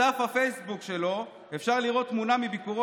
בדף הפייסבוק שלו אפשר לראות תמונה מביקורו